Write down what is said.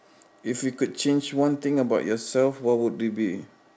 if you could change one thing about yourself what would they be